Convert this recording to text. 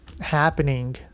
happening